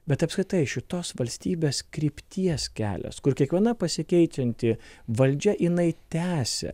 bet apskritai šitos valstybės krypties kelias kur kiekviena pasikeičianti valdžia jinai tęsia